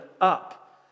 up